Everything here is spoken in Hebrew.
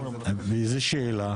איזו שאלה?